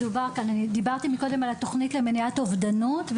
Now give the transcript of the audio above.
דיברתם קודם על התוכנית למניעת אובדנות.